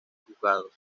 juzgados